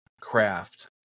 Craft